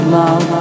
love